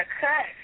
cut